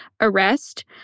arrest